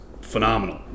phenomenal